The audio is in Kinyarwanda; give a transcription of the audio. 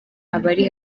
abari